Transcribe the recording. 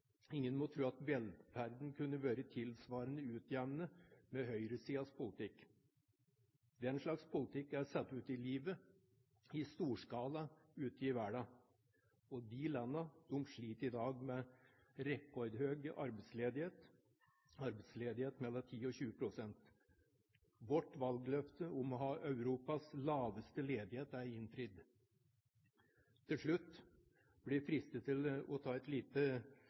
Ingen må tro at velferden kunne vært tilsvarende utjevnet med høyresidens politikk. Den slags politikk er satt ut i livet i stor skala ute i verden, og de landene sliter i dag med rekordhøy arbeidsledighet – en arbeidsledighet på mellom 10 og 20 pst. Vårt valgløfte om å ha Europas laveste ledighet er innfridd. Til slutt blir jeg fristet til å ta et lite